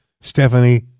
Stephanie